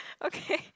okay